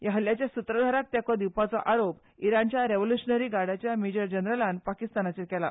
ह्या हल्ल्याच्या स्त्रधारांक तेको दिवपाचो आरोप इराणच्या रेव्होल्युशनरी गार्डच्या मेजर जनरलान पाकिस्तानाचेर केला